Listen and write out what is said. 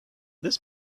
this